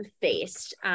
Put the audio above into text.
faced